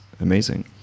amazing